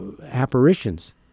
apparitions